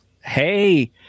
Hey